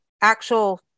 actual